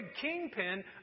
kingpin